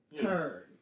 turn